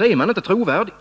är man inte trovärdig.